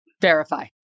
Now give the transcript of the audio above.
verify